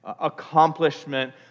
accomplishment